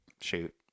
shoot